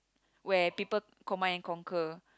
where people command and conquer